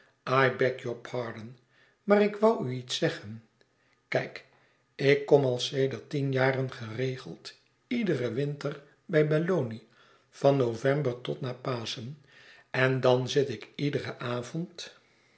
your pardon maar ik wou u iets zeggen kijk ik kom al sedert tien jaren geregeld iederen winter bij belloni van november tot na paschen en dan zit ik iederen avond